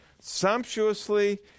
sumptuously